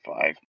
Five